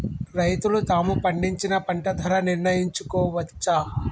రైతులు తాము పండించిన పంట ధర నిర్ణయించుకోవచ్చా?